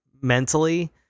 mentally